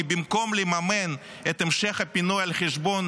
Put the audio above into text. כי במקום לממן את המשך הפינוי על חשבון